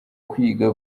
kwiga